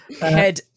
head